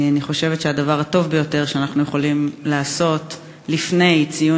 אני חושבת שהדבר הטוב ביותר שאנחנו יכולים לעשות לפני ציון